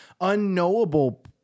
unknowable